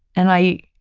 and i,